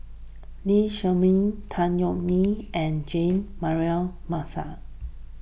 Lee Shermay Tan Yeok Nee and Jean Mary Marshall